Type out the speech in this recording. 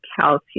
calcium